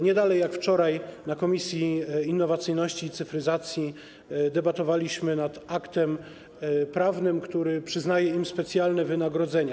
Nie dalej jak wczoraj na posiedzeniu komisji innowacyjności i cyfryzacji debatowaliśmy nad aktem prawnym, który przyznaje im specjalne wynagrodzenia.